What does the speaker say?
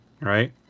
right